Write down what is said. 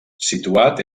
situat